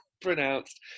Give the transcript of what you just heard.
pronounced